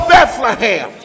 Bethlehem